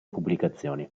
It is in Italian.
pubblicazioni